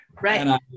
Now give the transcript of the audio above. right